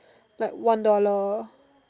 but one dollar